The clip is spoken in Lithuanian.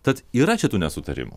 tad yra čia tų nesutarimų